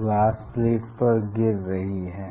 glass plate पर गिर रही है